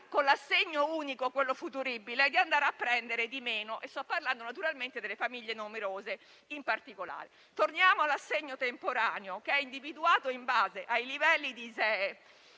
con l'assegno unico, quello futuribile, di andare a prendere di meno e sto parlando in particolare delle famiglie numerose. Torniamo all'assegno temporaneo, che è individuato in base ai livelli di ISEE